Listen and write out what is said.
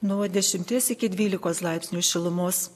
nuo dešimties iki dvylikos laipsnių šilumos